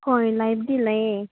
ꯍꯣꯏ ꯂꯩꯕꯗꯤ ꯂꯩꯌꯦ